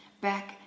back